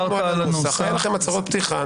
היו לכם הצהרות פתיחה.